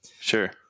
Sure